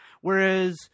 Whereas